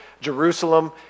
Jerusalem